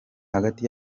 hagati